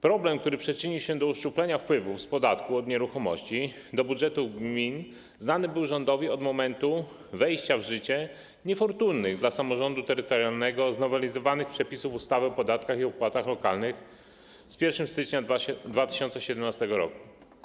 Problem, który przyczynił się do uszczuplenia wpływów z podatku od nieruchomości do budżetów gmin, znany był rządowi od momentu wejścia w życie niefortunnych dla samorządu terytorialnego znowelizowanych przepisów ustawy o podatkach i opłatach lokalnych z 1 stycznia 2017 r.